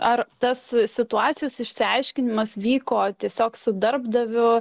ar tas situacijos išsiaiškinimas vyko tiesiog su darbdaviu